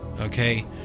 okay